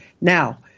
Now